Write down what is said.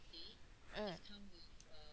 mm